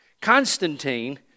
Constantine